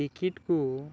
ଟିକିଟ୍କୁ